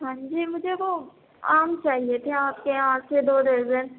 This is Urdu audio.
ہان جی مجھے وہ آم چاہیے تھے آپ کے یہاں سے دو درجن